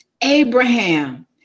Abraham